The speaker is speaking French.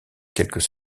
quelques